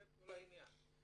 זה כל העניין.